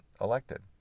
elected